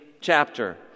chapter